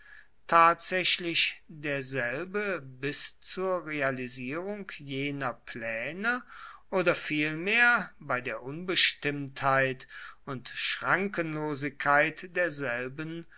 tatsächlich derselbe bis zur realisierung jener pläne oder vielmehr bei der unbestimmtheit und schrankenlosigkeit derselben